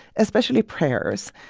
especially prayers.